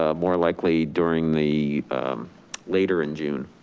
ah more likely during the later in june?